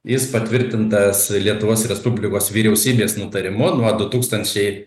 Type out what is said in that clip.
jis patvirtintas lietuvos respublikos vyriausybės nutarimu nuo du tūkstančiai